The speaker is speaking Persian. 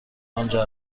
آنجا